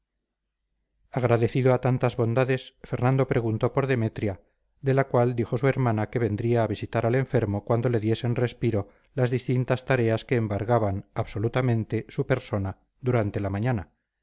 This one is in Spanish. agradecido a tantas bondades fernando preguntó por demetria de la cual dijo su hermana que vendría a visitar al enfermo cuando le diesen respiro las distintas tareas que embargaban absolutamente su persona durante la mañana